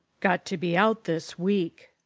got to be out this week.